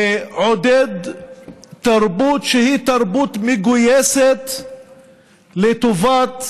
לעודד תרבות שהיא תרבות מגויסת לטובת